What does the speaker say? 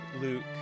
Luke